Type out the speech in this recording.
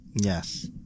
Yes